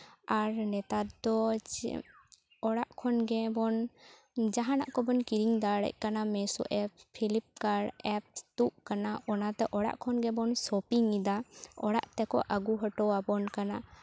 ᱟᱨ ᱱᱮᱛᱟᱨ ᱫᱚ ᱚᱲᱟᱜ ᱠᱷᱚᱱ ᱜᱮᱵᱚᱱ ᱡᱟᱦᱟᱱᱟᱜ ᱠᱚᱵᱚᱱ ᱠᱤᱨᱤᱧ ᱫᱟᱲᱮᱭᱟᱜ ᱠᱟᱱᱟ ᱢᱮᱥᱮ ᱮᱯ ᱯᱷᱤᱞᱤᱯ ᱠᱟᱨᱴ ᱮᱯᱥ ᱛᱳᱫ ᱟᱠᱟᱱᱟ ᱚᱱᱟᱛᱮ ᱚᱲᱟᱜ ᱠᱷᱚᱱ ᱜᱮᱵᱚᱱ ᱥᱚᱯᱤᱝ ᱮᱫᱟ ᱚᱲᱟᱜ ᱛᱮᱠᱚ ᱟᱹᱜᱩ ᱦᱚᱴᱚ ᱟᱵᱚᱱ ᱠᱟᱱᱟ